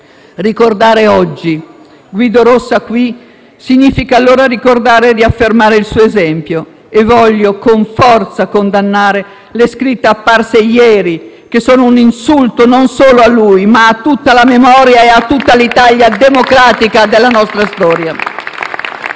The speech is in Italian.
Ricordare oggi Guido Rossa qui significa, allora, ricordare e riaffermare il suo esempio e voglio con forza condannare le scritte apparse ieri, che sono un insulto non solo a lui, ma a tutta la memoria e a tutta l'Italia democratica della nostra storia.